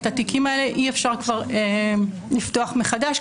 את התיקים האלה כבר אי אפשר לפתוח מחדש,